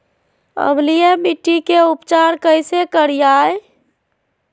अम्लीय मिट्टी के उपचार कैसे करियाय?